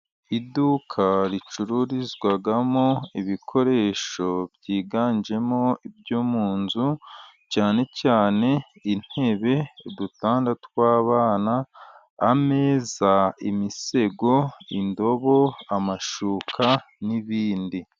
Iduka ricururizwamo ibikoresho byiganjemo ibyo mu nzu, cyane cyane intebe, udutanda tw'abana, ameza, imisego, indobo ,amashuka n'ibindi.